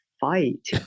fight